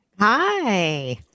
Hi